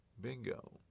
Bingo